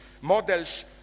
models